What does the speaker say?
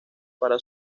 para